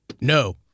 No